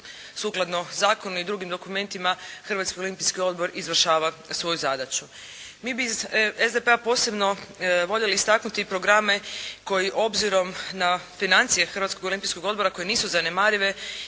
sukladno zakonu i drugim dokumentima Hrvatski olimpijski odbor izvršava svoju zadaću. Mi bi iz SDP-a posebno voljeli istaknuti programe koji obzirom na financije Hrvatskog olimpijskog odbora koje nisu zanemarive